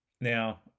Now